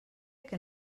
que